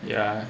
yeah